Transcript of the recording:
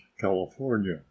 California